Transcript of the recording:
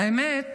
האמת,